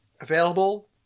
available